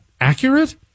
accurate